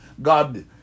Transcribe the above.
God